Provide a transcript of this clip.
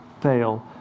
fail